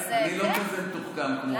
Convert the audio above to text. אני לא כזה מתוחכם כמו בצלאל.